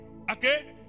okay